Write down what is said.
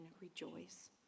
Rejoice